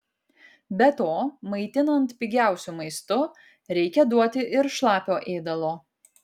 be to maitinant pigiausiu maistu reikia duoti ir šlapio ėdalo